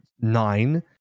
nine